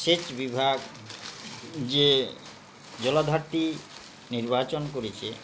সেচ বিভাগ যে জলাধারটি নির্বাচন করেছে